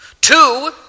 two